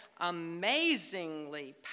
amazingly